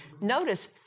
Notice